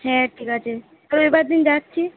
হ্যাঁ ঠিক আছে তাহলে রবিবার দিন যাচ্ছি